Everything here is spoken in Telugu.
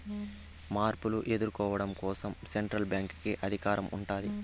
మార్పులు ఎదుర్కోవడం కోసం సెంట్రల్ బ్యాంక్ కి అధికారం ఉంటాది